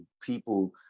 people